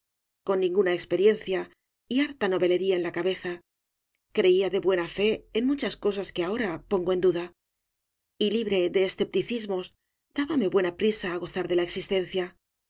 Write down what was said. con ninguna experiencia y harta novelería en la cabeza creía de buena fe en muchas cosas que ahora pongo en duda y libre de escepticisí obras de valle inclan mos dábame buena prisa á gozar de la existencia